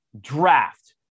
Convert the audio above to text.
draft